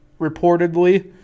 reportedly